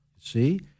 See